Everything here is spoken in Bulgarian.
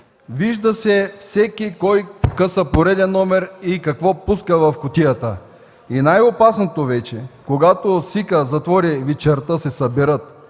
Вижда се всеки кой къса пореден номер и какво пуска в кутията. И най-опасното вече е когато СИК-ът затвори вечерта, съберат